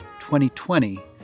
2020